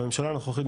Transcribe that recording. בממשלה הנוכחית,